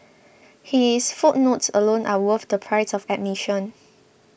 his footnotes alone are worth the price of admission